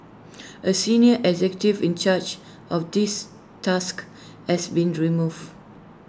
A senior executive in charge of this task has been removed